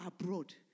abroad